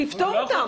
תפטור אותם.